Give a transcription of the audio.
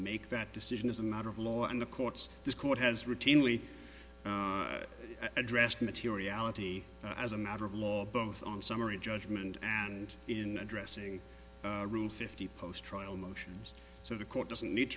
make that decision as a matter of law and the courts this court has routinely addressed materiality as a matter of law both on summary judgment and in a dressing room fifty post trial motions so the court doesn't need